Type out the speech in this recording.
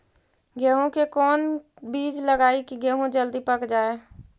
गेंहू के कोन बिज लगाई कि गेहूं जल्दी पक जाए?